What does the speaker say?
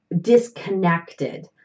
disconnected